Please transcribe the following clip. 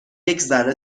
یکذره